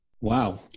Wow